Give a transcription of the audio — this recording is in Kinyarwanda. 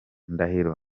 ndahiro